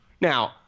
Now